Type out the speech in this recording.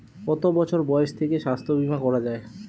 কত বছর বয়স থেকে স্বাস্থ্যবীমা করা য়ায়?